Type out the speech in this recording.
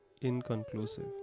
inconclusive